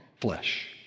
flesh